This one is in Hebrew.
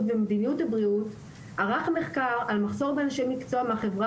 במדיניות הבריאות ערך מחקר על מחסור באנשי מקצוע מהחברה